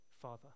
Father